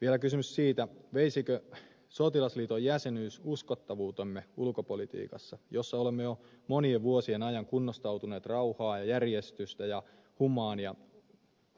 vielä on kysymys siitä veisikö sotilasliiton jäsenyys uskottavuutemme ulkopolitiikassa jossa olemme jo monien vuosien ajan kunnostautuneet rauhaa järjestystä ja